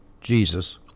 Jesus